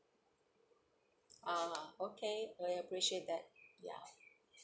ah okay appreciate that ya